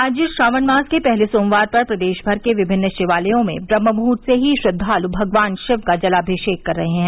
आज श्रावण मास के पहले सोमवार पर प्रदेश भर के विभिन्न शिवालयों मे ब्रम्हमुद्र्त से ही श्रद्वालु भगवान शिव का जलाभिषेक कर रहे हैं